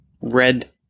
Red